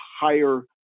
higher